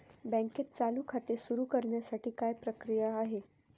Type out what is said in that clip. बँकेत चालू खाते सुरु करण्यासाठी काय प्रक्रिया आहे?